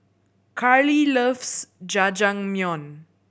Karli loves Jajangmyeon